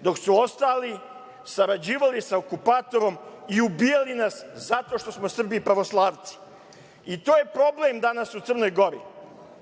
dok su ostali sarađivali sa okupatorom i ubijali nas zato što smo Srbi i pravoslavci. To je problem danas u Crnoj Gori.